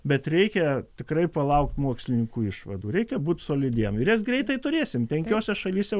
bet reikia tikrai palaukt mokslininkų išvadų reikia būt solidiem ir jas greitai turėsim penkiose šalyse